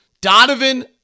Donovan